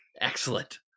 Excellent